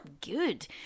good